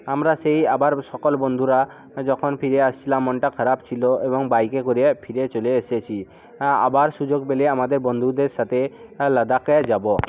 আমরা সেই আবার সকল বন্ধুরা যখন ফিরে আসছিলাম মনটা খারাপ ছিলো এবং বাইকে করে ফিরে চলে এসেছি হ্যাঁ আবার সুযোগ পেলে আমাদের বন্ধুদের সাথে লাদাখে যাবো